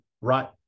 right